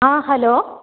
ആ ഹലോ